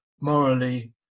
morally